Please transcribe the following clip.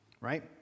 right